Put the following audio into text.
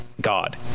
God